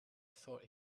thought